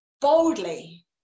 boldly